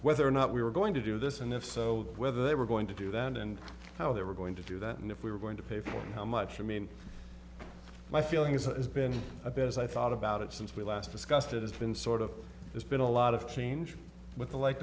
whether or not we were going to do this and if so whether they were going to do that and how they were going to do that and if we were going to pay for how much you mean my feeling is that it's been a bit as i thought about it since we last discussed it it's been sort of there's been a lot of change with the li